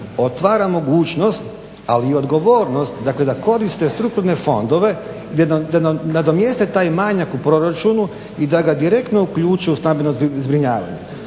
otvara mogućnost ali i odgovornost, dakle, da koriste strukturne fondove da nam nadomjeste taj manjak u proračunu i da ga direktno uključe u stambeno zbrinjavanje.